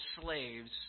slaves